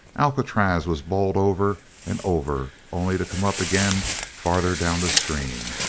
alcatraz was bowled over and over, only to come up again farther down the stream.